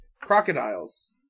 crocodiles